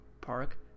park